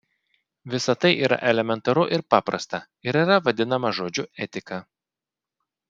visa tai yra elementaru ir paprasta ir yra vadinama žodžiu etika